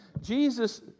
Jesus